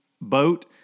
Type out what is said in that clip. boat